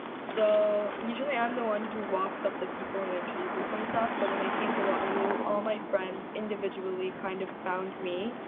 so usually, i'm the one that walks up to people and introduces myself but when i came to waterloo, all my friends individually kind of found me.